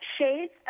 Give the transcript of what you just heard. Shades